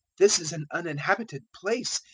this is an uninhabited place,